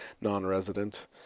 non-resident